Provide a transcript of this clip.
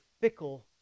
fickle